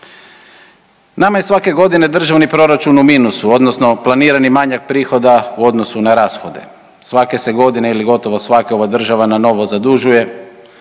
Nama je svake godine državni proračun u minusu odnosno planirani manjak prihoda u odnosu na rashode. Svake se godine ili gotovo svake ova država nanovo zadužuje,